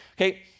okay